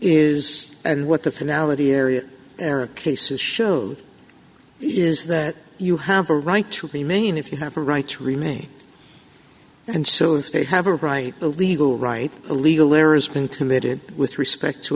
is and what the finality area era cases showed is that you have a right to remain if you have a right to remain and so if they have a right a legal right illegal lehrer's been committed with respect to